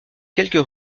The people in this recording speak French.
quelques